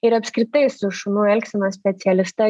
ir apskritai su šunų elgsenos specialiste